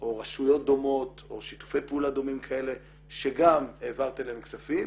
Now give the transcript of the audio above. או רשויות דומות או שיתופי פעולה דומים כאלה שגם העברתם אליהם כספים